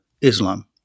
Islam